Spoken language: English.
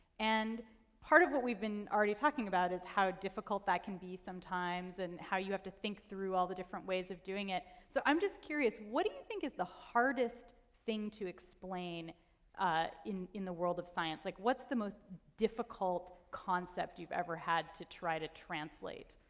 and part of what we've been already talking about is how difficult that can be sometimes and how you have to think through all the different ways of doing it. so i'm just curious, what do you think is the hardest thing to explain ah in in the world of science? like what's the most difficult concept you've ever had to try to translate?